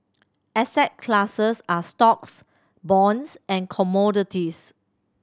asset classes are stocks bonds and commodities